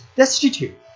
destitute